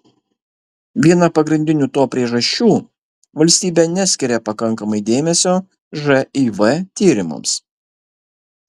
viena pagrindinių to priežasčių valstybė neskiria pakankamai dėmesio živ tyrimams